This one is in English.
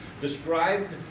described